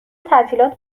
تعطیلات